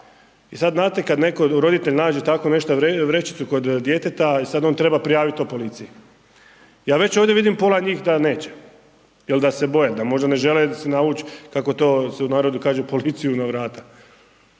i sad znate kad netko, roditelj nađe tako nešto, vrećicu kod djeteta i sad on treba prijavit to policiji. Ja već ovdje vidim pola njih da neće, jel da se boje, da možda ne žele si navuć kako se to u narodu kaže policiju na vrata.